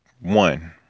one